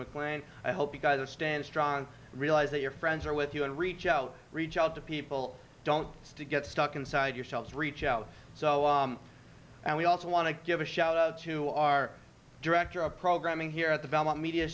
ego i hope you guys stand strong realize that your friends are with you and reach out reach out to people don't get stuck inside yourselves reach out so and we also want to give a shout out to our director of programming here at the belmont media